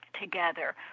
together